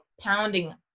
pounding